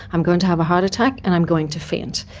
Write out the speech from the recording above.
i'm going to have a heart attack and i'm going to faint.